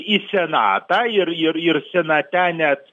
į senatą ir ir ir senate net